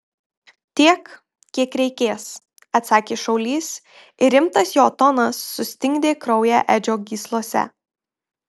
tiek kiek reikės atsakė šaulys ir rimtas jo tonas sustingdė kraują edžio gyslose